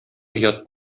оят